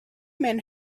men